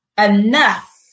Enough